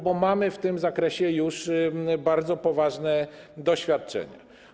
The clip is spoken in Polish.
Bo mamy w tym zakresie już bardzo poważne doświadczenia.